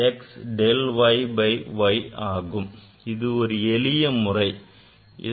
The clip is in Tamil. ஆக இது மிக எளிய முறையாகும்